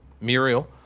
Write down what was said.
Muriel